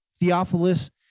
Theophilus